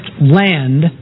land